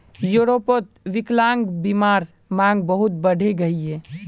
यूरोपोत विक्लान्ग्बीमार मांग बहुत बढ़े गहिये